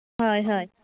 ᱦᱳᱭ ᱦᱳᱭ